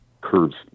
curves